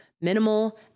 minimal